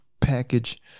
package